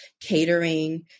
catering